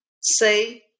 say